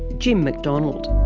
jim mcdonald.